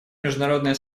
международное